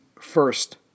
first